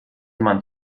man